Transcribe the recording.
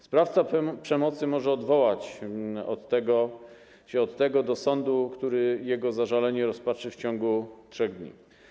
Sprawca przemocy może odwołać się od tego do sądu, który jego zażalenie rozpatrzy w ciągu 3 dni.